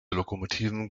lokomotiven